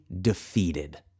defeated